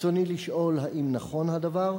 רצוני לשאול: 1. האם נכון הדבר?